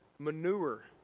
manure